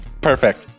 Perfect